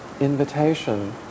invitation